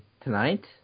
tonight